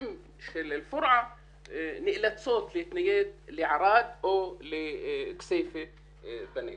של אל פורעה נאלצות להתנייד לערד או לכסייפה בנגב.